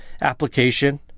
application